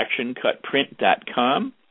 actioncutprint.com